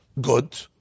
Good